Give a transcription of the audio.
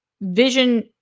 Vision